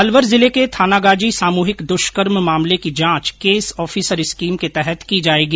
अलवर जिले के थानागाजी सामूहिक द्वष्कर्म मामले की जांच केस ऑफिसर स्कीम के तहत की जायेगी